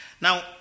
Now